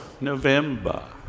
November